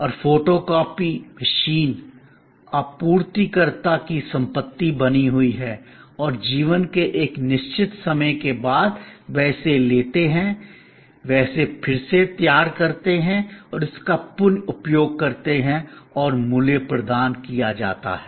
और photocopy machine आपूर्तिकर्ता की संपत्ति बनी हुई है और जीवन के एक निश्चित समय के बाद वे इसे लेते हैं वे इसे फिर से तैयार करते हैं और इसका पुन उपयोग करते हैं और मूल्य प्रदान किया जाता है